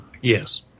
Yes